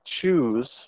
choose